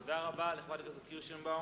תודה רבה לחברת הכנסת קירשנבאום.